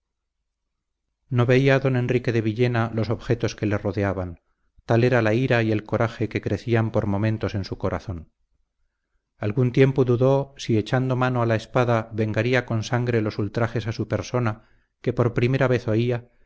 no veía don enrique de villena los objetos que le rodeaban tal eran la ira y el coraje que crecían por momentos en su corazón algún tiempo dudó si echando mano a la espada vengaría con sangre los ultrajes a su persona que por primera vez oía